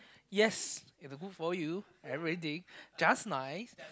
yes is a good for you everything just nice